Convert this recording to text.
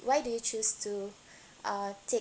why did you choose to uh take